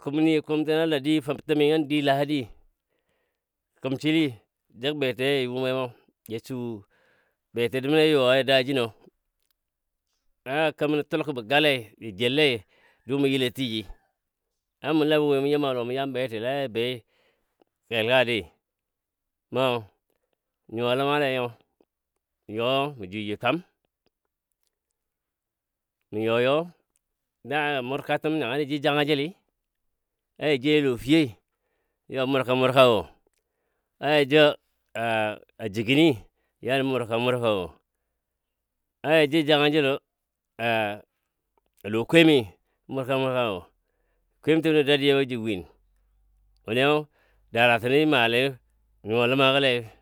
kumni kumtəna la dii fəbtəmi an dii lahadi na kumsili nə jəg beti ya yu mwemo ja su beti de̱mde̱mi ja you a dajino a kemən tul kub gale ja jel lei dumɔ yilɔ tiji a mɔ labɔ wɔi mɔ yim a lɔ mɔ yam beti le a ja bei kel go adii mɔ nyuwa lemale nyo, mə you mə jwiyo jwiyo twam mə you you da murkatəm nawunii ja jɔ janga jəlli ya ja jou a lofiyo yabu murka murka wo ya ja jou a jəgənni yabɔ murka murka wo a ja jou janga jəlo a lokwemi bə murka murkawo kwemtənɔ jəbo dadiyabɔ ji win wuniyɔ dalatənii ja malai you mə nyuwa ləma gəno le